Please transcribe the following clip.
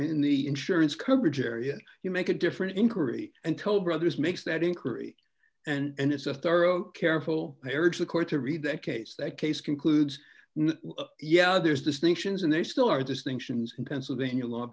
in the insurance coverage area you make a different inquiry and toll brothers makes that inquiry and it's a thorough careful i urge the court to read that case that case concludes yeah there's distinctions and they still are distinctions in pennsylvania l